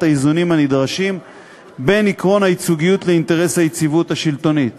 האיזונים הנדרשים בין עקרון הייצוגיות לאינטרס היציבות השלטונית